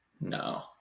No